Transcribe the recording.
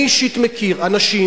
אני אישית מכיר אנשים,